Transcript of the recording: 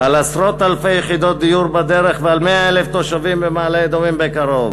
עשרות-אלפי יחידות דיור בדרך ו-100,000 תושבים במעלה-אדומים בקרוב.